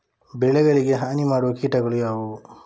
ಬೆಳೆಗಳಿಗೆ ಹಾನಿ ಮಾಡುವ ಕೀಟಗಳು ಯಾವುವು?